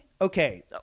okay